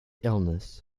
illness